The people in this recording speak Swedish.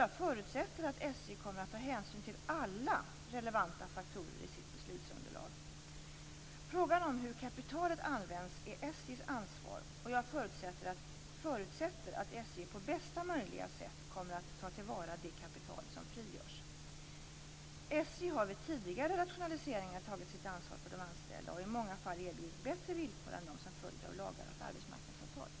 Jag förutsätter att SJ kommer att ta hänsyn till alla relevanta faktorer i sitt beslutsunderlag. Frågan om hur kapitalet används är SJ:s ansvar, och jag förutsätter att SJ på bästa möjliga sätt kommer att ta till vara det kapital som frigörs. SJ har vid tidigare rationaliseringar tagit sitt ansvar för de anställda och i många fall erbjudit bättre villkor än de som följer av lagar och arbetsmarknadsavtal.